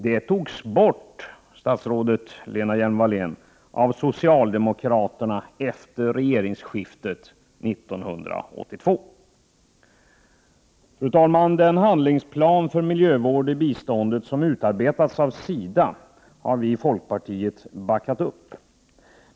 Detta togs, statsrådet Lena Hjelm-Wallén, bort av socialdemokraterna efter regeringsskiftet 1982. Fru talman! Den handlingsplan för miljövård i biståndet som utarbetats av SIDA har vi i folkpartiet backat upp.